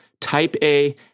type-A